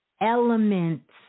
elements